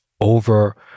over